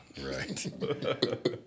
Right